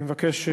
אני מבקש,